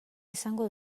izango